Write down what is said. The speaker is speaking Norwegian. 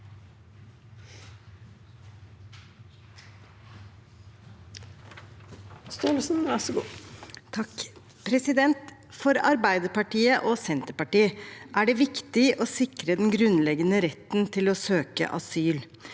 For Arbei- derpartiet og Senterpartiet er det viktig å sikre den grunnleggende retten til å søke asyl.